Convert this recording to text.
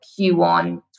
Q1